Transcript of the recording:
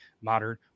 Modern